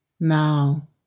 now